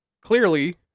Clearly